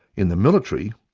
in the military,